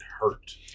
hurt